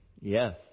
Yes